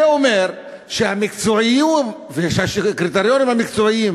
זה אומר שהקריטריונים המקצועיים